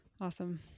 Awesome